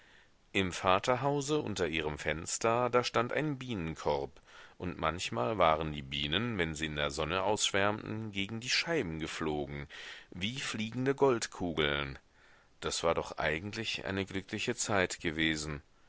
im vaterhause unter ihrem fenster da stand ein bienenkorb und manchmal waren die bienen wenn sie in der sonne ausschwärmten gegen die scheiben geflogen wie fliegende goldkugeln das war doch eigentlich eine glückliche zeit gewesen